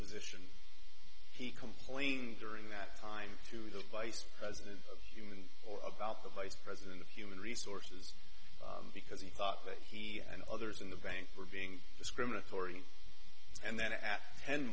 that he complained during that time to the vice president or about the vice president of human resources because he thought that he and others in the bank were being discriminatory and then at ten